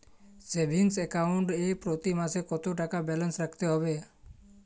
Savings account এ প্রতি মাসে কতো টাকা ব্যালান্স রাখতে হবে?